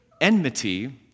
Enmity